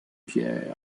pierre